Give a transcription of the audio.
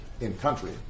in-country